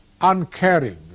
uncaring